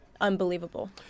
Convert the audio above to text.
unbelievable